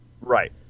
Right